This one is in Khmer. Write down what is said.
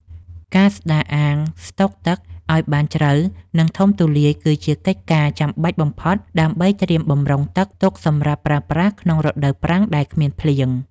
ការស្តារអាងស្តុកទឹកឱ្យបានជ្រៅ និងធំទូលាយគឺជាកិច្ចការចាំបាច់បំផុតដើម្បីត្រៀមបម្រុងទឹកទុកសម្រាប់ប្រើប្រាស់ក្នុងរដូវប្រាំងដែលគ្មានភ្លៀង។